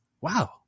wow